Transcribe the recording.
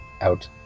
out